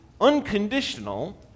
unconditional